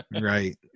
Right